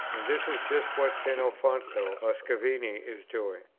and this is just what st. alfonso or scavini is doing.